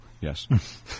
Yes